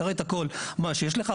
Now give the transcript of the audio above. תראה את הכל, מה שיש לך.